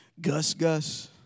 Gus-Gus